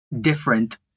different